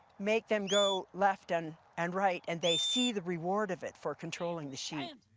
make them go left and and right and they see the reward of it for controlling the sheep.